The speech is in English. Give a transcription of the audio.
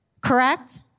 correct